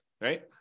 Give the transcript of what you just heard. right